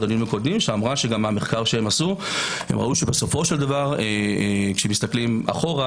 הדיונים הקודמים שאמרה שמהמחקר שעשו ראו שבסופו של דבר כשמסתכלים אחורה